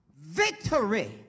Victory